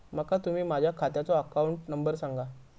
माका तुम्ही माझ्या खात्याचो अकाउंट नंबर सांगा?